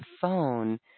phone